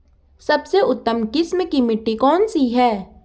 सबसे उत्तम किस्म की मिट्टी कौन सी है?